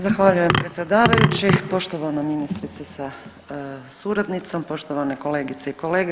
Zahvaljujem predsjedavajući, poštovana ministrice sa suradnicom, poštovane kolegice i kolege.